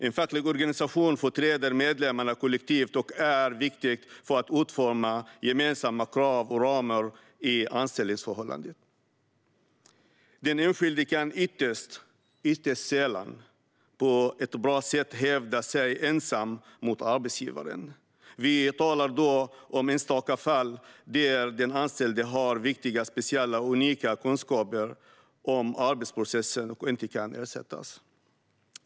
En facklig organisation företräder medlemmarna kollektivt och är viktig för att utforma gemensamma krav och ramar i anställningsförhållandet. Den enskilde kan ytterst sällan på ett bra sätt hävda sig ensam mot arbetsgivaren. Vi talar då om enstaka fall där den anställde har speciella och unika kunskaper om arbetsprocessen och inte kan ersättas.